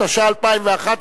התשע"א 2011,